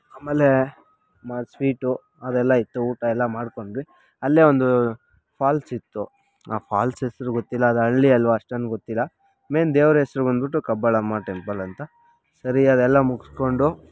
ಆಮೇಲೆ ಸ್ವೀಟು ಅದೆಲ್ಲ ಇತ್ತು ಊಟ ಎಲ್ಲ ಮಾಡ್ಕೊಂಡ್ವಿ ಅಲ್ಲೇ ಒಂದು ಫಾಲ್ಸ್ ಇತ್ತು ಆ ಫಾಲ್ಸ್ ಹೆಸರು ಗೊತ್ತಿಲ್ಲ ಅದು ಹಳ್ಳಿ ಅಲ್ವ ಅಷ್ಟೊಂದು ಗೊತ್ತಿಲ್ಲ ಮೇನ್ ದೇವ್ರ ಹೆಸರು ಬಂದ್ಬಿಟ್ಟು ಕಬ್ಬಾಳಮ್ಮ ಟೆಂಪಲ್ ಅಂತ ಸರಿ ಅಲ್ಲೆಲ್ಲ ಮುಗಿಸ್ಕೊಂಡು